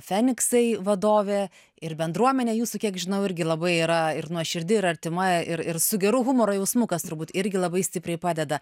feniksai vadovė ir bendruomenė jūsų kiek žinau irgi labai yra ir nuoširdi ir artima ir ir su geru humoro jausmu kas turbūt irgi labai stipriai padeda